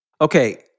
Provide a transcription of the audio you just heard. Okay